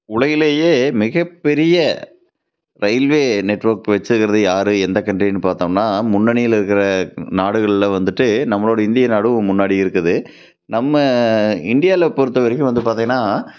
உலகிலேயே மிகப்பெரிய railway network வச்சிருக்கறது யாரு எந்த கன்ட்ரின்னு பார்த்தம்னா முன்னணியில் இருக்கிற நாடுகளில் வந்துட்டு நம்மளுடைய இந்திய நாடும் முன்னாடி இருக்குது நம்ம இந்தியால பொறுத்த வரைக்கும் வந்து பார்த்திங்கன்னா